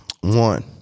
one